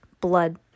Blood